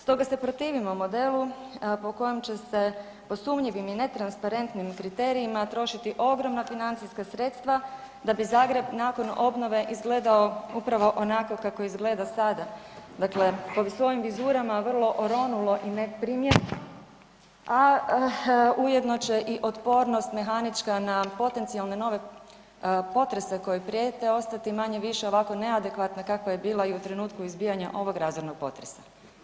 Stoga se protivimo modelu po kojem će se po sumnjivim i netransparentnim kriterijima trošiti ogromna financijska sredstva da bi Zagreb nakon obnove izgledao upravo onako kako izgleda sada, dakle po svojim vizurama vrlo oronulo i neprimjereno, a ujedno će i otpornost mehanička na potencijalne nove potrese koji prijete ostati manje-više ovako neadekvatna kakva je bila i u trenutku izbijanja ovog razornog potresa.